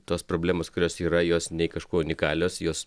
tos problemos kurios yra jos nei kažkuo unikalios jos